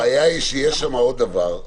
הבעיה היא שיש שם עוד דבר,